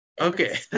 okay